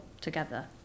together